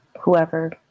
whoever